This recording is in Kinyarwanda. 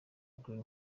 green